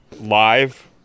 live